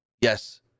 Yes